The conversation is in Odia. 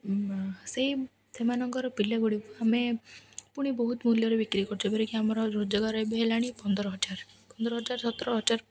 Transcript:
ସେଇ ସେମାନଙ୍କର ପିଲା ଗୁଡ଼ିକୁ ଆମେ ପୁଣି ବହୁତ ମୂଲ୍ୟରେ ବିକ୍ରି କରୁଛୁ ଯେପରିକି ଆମର ରୋଜଗାର ଏବେ ହେଲାଣି ପନ୍ଦର ହଜାର ପନ୍ଦର ହଜାର ସତର ହଜାର